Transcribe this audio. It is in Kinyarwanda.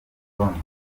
tonzi